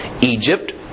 Egypt